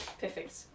Perfect